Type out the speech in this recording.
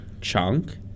chunk